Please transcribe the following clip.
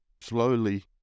slowly